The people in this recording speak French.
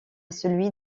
celui